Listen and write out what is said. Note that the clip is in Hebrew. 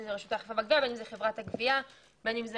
אם זה רשות האכיפה והגבייה ואם זה